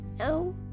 No